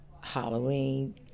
Halloween